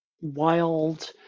wild